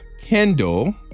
Kendall